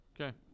Okay